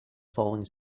following